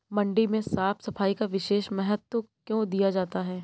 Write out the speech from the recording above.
मंडी में साफ सफाई का विशेष महत्व क्यो दिया जाता है?